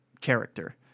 character